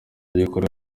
gikorwa